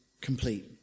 complete